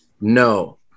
No